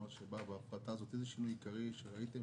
מה השינויים העיקריים שראיתם